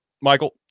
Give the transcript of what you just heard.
michael